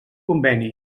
conveni